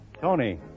Tony